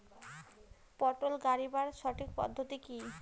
পটল গারিবার সঠিক পদ্ধতি কি?